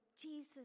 Jesus